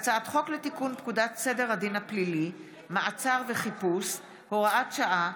הצעת חוק לתיקון פקודת סדר הדין הפלילי (מעצר וחיפוש) (הוראת שעה)